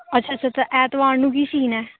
ਅੱਛਾ ਅੱਛਾ ਅੱਛਾ ਐਤਵਾਰ ਨੂੰ ਕੀ ਸੀਨ ਹੈ